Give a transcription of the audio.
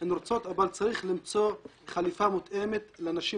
רוצות לצאת לעבודה אבל צריך למצוא חליפה מותאמת לנשים